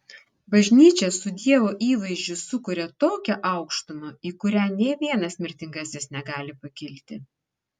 bažnyčia su dievo įvaizdžiu sukuria tokią aukštumą į kurią nė vienas mirtingasis negali pakilti